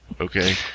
okay